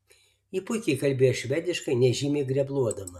ji puikiai kalbėjo švediškai nežymiai grebluodama